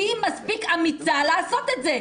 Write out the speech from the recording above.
תהיי מספיק אמיצה לעשות את זה.